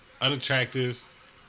unattractive